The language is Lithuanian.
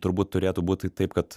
turbūt turėtų būti taip kad